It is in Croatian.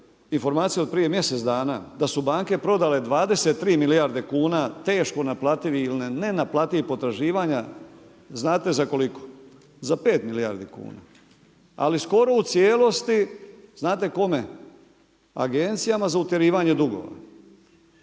informacije od prije mjesec dana da su banke prodale 23 milijarde kuna teško naplativih ili nenaplativih potraživanja. Znate za koliko? Za 5 milijardi kuna. Ali skoro u cijelosti, znate kome? Agencijama za utjerivanje dugova.